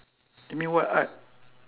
you mean what art